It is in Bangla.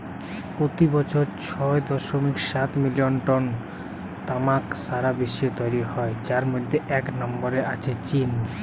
পোতি বছর ছয় দশমিক সাত মিলিয়ন টন তামাক সারা বিশ্বে তৈরি হয় যার মধ্যে এক নম্বরে আছে চীন